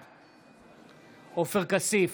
בעד עופר כסיף,